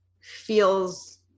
feels